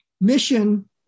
mission